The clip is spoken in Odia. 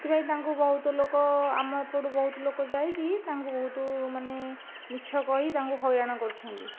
ସେଥି ପାଇଁ ତାଙ୍କୁ ବହୁତ ଲୋକ ଆମ ଏପଟୁ ବହୁତ ଲୋକ ଯାଇକି ତାଙ୍କୁ ବହୁତ ମାନେ ମିଛ କହି ତାଙ୍କୁ ହଇରାଣ କରୁଛନ୍ତି